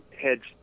heads